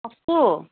আছোঁ